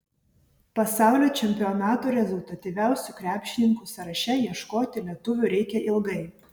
pasaulio čempionato rezultatyviausių krepšininkų sąraše ieškoti lietuvių reikia ilgai